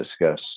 discuss